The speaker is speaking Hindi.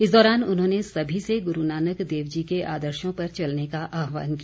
इस दौरान उन्होंने सभी से गुरू नानक देव जी के आदर्शों पर चलने का आहवान किया